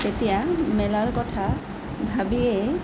তেতিয়া মেলাৰ কথা ভাবিয়েই